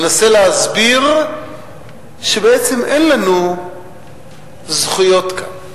מנסה להסביר שבעצם אין לנו זכויות כאן.